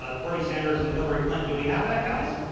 ah bernie sanders and hillary clinton. do we have that, guys?